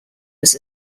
was